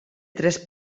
tres